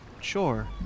sure